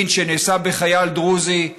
לינץ' שנעשה בחייל דרוזי,